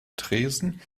tresen